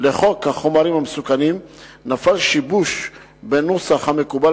לחוק החומרים המסוכנים נפל שיבוש בנוסח המקובל